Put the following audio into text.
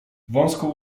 wąską